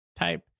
type